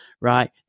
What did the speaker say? right